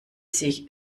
sich